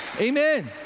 Amen